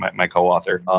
my co-author,